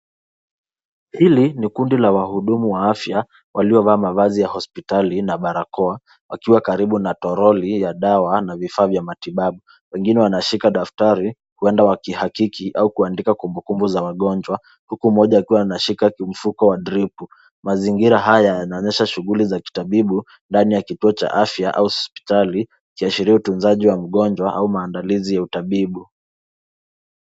Hili ni kundi la wahudumu wa afya waliovaa mavazi ya hospitali na barakoa, wakiwa karibu na toroli ya dawa na vifaa vya matibabu. Wengine wanashika daftari, huenda wakihakiki au kuandika kumbukumbu za wagonjwa huku mmoja akiwa anashika kimfuko wa dripu. Mazingira haya yanaonyesha shughuli za kitabibu ndani ya kituo cha afya au hospitali, ikiashiria utunzaji wa mgonjwa au maandalizi ya utabibu.